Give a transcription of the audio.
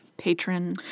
Patron